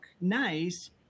nice